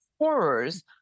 horrors